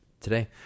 today